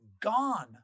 gone